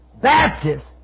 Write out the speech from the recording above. Baptists